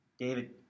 David